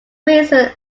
reason